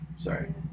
Sorry